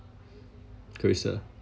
charissa